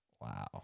wow